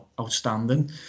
outstanding